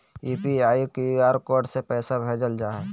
UPI, QR code से पैसा भेजल जा हइ